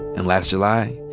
and last july,